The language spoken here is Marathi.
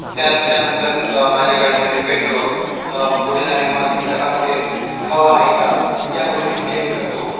त्या त्यानंतर माझ्या गाडीमध्ये पेट्रोल पुढील आणि मागील चाकामध्ये हवा आहे का या गोष्टी मी चेक करतो